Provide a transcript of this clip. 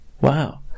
wow